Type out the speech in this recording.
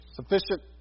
sufficient